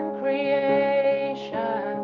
creation